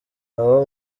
abo